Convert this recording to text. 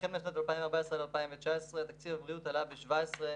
החל משנת 2014 עד 2019 תקציב הבריאות עלה --- לא.